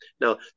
now